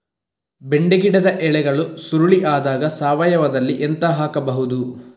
ಬೆಂಡೆ ಗಿಡದ ಎಲೆಗಳು ಸುರುಳಿ ಆದಾಗ ಸಾವಯವದಲ್ಲಿ ಎಂತ ಹಾಕಬಹುದು?